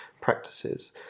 practices